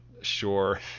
sure